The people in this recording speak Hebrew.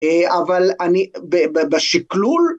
‫אבל אני, בשכלול...